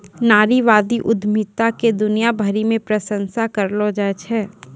नारीवादी उद्यमिता के दुनिया भरी मे प्रशंसा करलो जाय छै